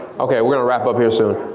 okay we're gonna wrap up here soon.